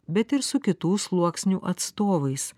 bet ir su kitų sluoksnių atstovais